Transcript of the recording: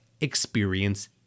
experience